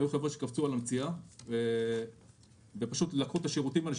היו חבר'ה שקפצו על המציאה ופשוט לקחו את השירותים האלה,